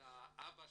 אביה